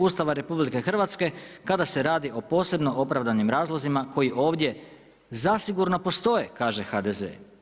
Ustava RH kada se radi o posebno opravdanim razlozima koji ovdje zasigurno postoje kaže HDZ.